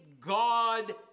God